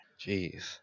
Jeez